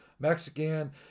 Mexican